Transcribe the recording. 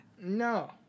No